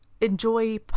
enjoy